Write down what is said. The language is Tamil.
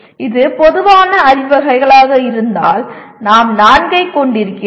இது பொதுவான வகைகளாக இருந்தால் நாம் 4 ஐக் கொண்டிருக்கிறோம்